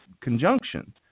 conjunction